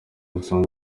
usanga